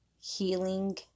healing